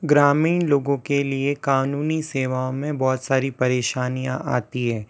ग्रामीण लोगों के लिए क़ानूनी सेवा में बहुत सारी परेशानियाँ आती है